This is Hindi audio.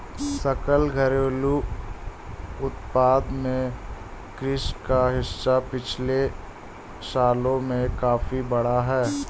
सकल घरेलू उत्पाद में कृषि का हिस्सा पिछले सालों में काफी बढ़ा है